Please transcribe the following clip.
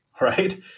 right